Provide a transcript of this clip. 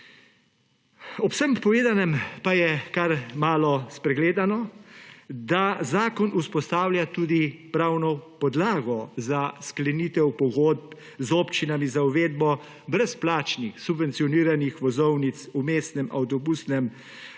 Ob vsem povedanem pa je kar malo spregledano, da zakon vzpostavlja tudi pravno podlago za sklenitev pogodb z občinami za uvedbo brezplačnih subvencioniranih vozovnic v mestnem avtobusnem linijskem